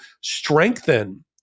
strengthen